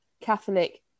catholic